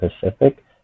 Pacific